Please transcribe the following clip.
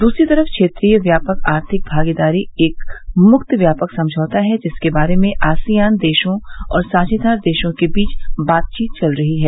दूसरी तरफ क्षेत्रीय व्यापक आर्थिक भागीदारी एक मुक्त व्यापक समझौता है जिसके बारे में आसियान देशों और साझेदार देशों के बीच बातचीत चल रही है